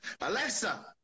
Alexa